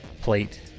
plate